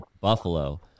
Buffalo